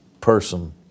person